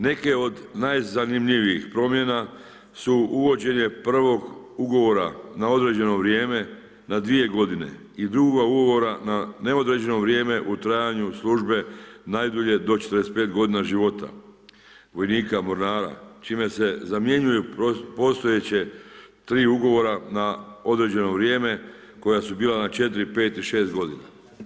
Neke od najzanimljivijih promjena su uvođenje prvog ugovora na određeno vrijeme na dvije godine i drugoga ugovora na neodređeno vrijeme u trajanju službe najdulje do 45 godina života vojnika mornara čime se zamjenjuju postojeća tri ugovora na određeno vrijeme koja su bila na 4, 5 i 6 godina.